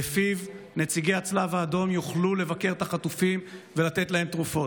שלפיו נציגי הצלב האדום יוכלו לבקר את החטופים ולתת להם תרופות.